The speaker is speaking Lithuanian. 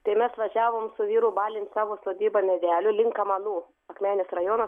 tai mes važiavom su vyru balint savo sodybą medelių link kamanų akmenės rajonas